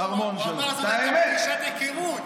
לא, הוא אמר שזאת הייתה פגישת היכרות.